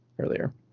earlier